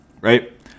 Right